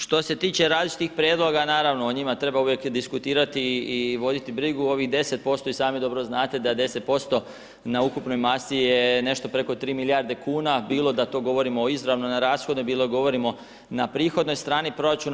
Što se tiče različitih prijedloga, naravno, o njima treba uvijek diskutirati i voditi brigu, ovih 10% i sami dobro znate da 10% na ukupnoj masi je nešto preko 3 milijarde kuna, bilo da to govorimo izravno na rashode, bilo da govorimo na prihodnoj strani proračuna.